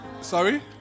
Sorry